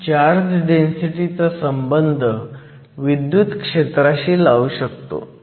आपण charge density चा संबंध विद्युत क्षेत्राशी लावू शकतो